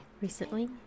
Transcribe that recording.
Recently